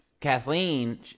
Kathleen